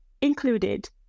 included